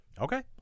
Okay